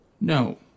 No